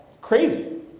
crazy